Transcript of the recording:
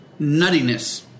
nuttiness